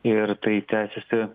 ir tai tęsiasi